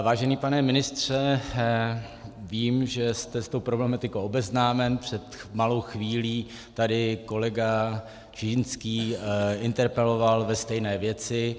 Vážený pane ministře, vím, že jste s tou problematikou obeznámen, před malou chvílí tady kolega Čižinský interpeloval ve stejné věci.